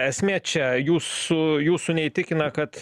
esmė čia jūsų jūsų neįtikina kad